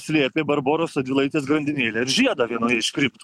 slėpė barboros radvilaitės grandinėlę ir žiedą vienoje iš kriptų